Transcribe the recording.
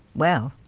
well.